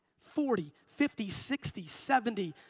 forty, fifty, sixty, seventy.